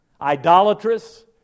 idolatrous